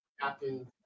Captain